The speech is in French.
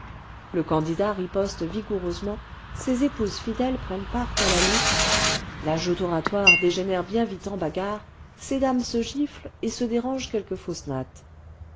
le candidat riposte vigoureusement ses épouses fidèles prennent part à la lutte la joute oratoire dégénère bien vite en bagarre ces dames se giflent et se dérangent quelques fausses nattes